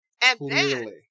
Clearly